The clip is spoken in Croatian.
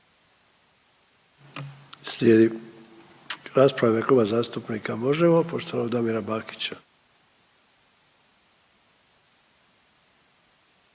Slijedi rasprava u ime Kluba zastupnika Možemo!, poštovanog Damira Bakića.